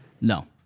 No